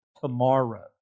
tomorrow